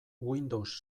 windows